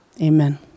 Amen